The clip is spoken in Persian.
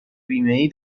بیمهای